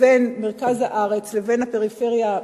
בין מרכז הארץ לבין הפריפריה,